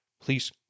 please